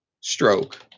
Stroke